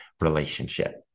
relationship